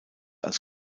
als